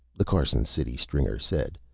the carson city stringer said.